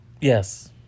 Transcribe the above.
yes